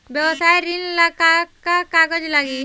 व्यवसाय ऋण ला का का कागज लागी?